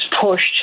pushed